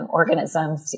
organisms